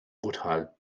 brutal